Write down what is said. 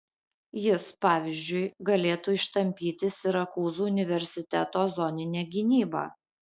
jis pavyzdžiui galėtų ištampyti sirakūzų universiteto zoninę gynybą